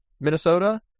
Minnesota